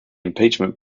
impeachment